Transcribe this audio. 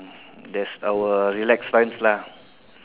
that's our relax times lah